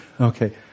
Okay